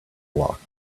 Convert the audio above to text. blocked